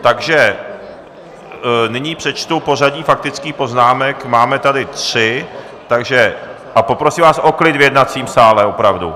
Takže nyní přečtu pořadí faktických poznámek, máme tady tři, a poprosím vás o klid v jednacím sále opravdu.